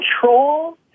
control